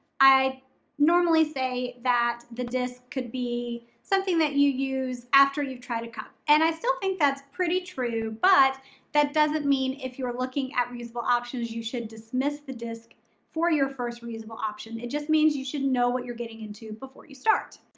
i normally say that the disc could be something that you use after you've tried a cup and i still think that's pretty true but that doesn't mean if you're looking at reasonable options you should dismiss the disc for your first reasonable option, it just means you should know what you're getting into before you start.